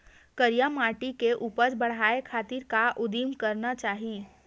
करिया माटी के उपज बढ़ाये खातिर का उदिम करना चाही?